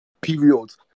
periods